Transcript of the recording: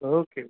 okay